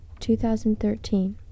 2013